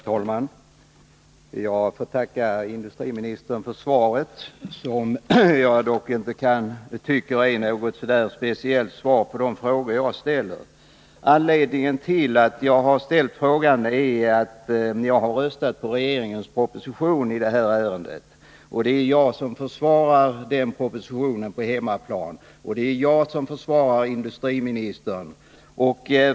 Herr talman! Jag får tacka industriministern för svaret, som jag dock inte tycker är något direkt svar på de frågor jag ställt. Anledningen till att jag frågat är att jag har röstat för regeringens proposition i det här ärendet. Det är jag som försvarar propositionen på hemmaplan, och det är jag som försvarar industriministern.